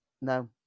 no